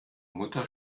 mutter